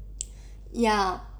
ya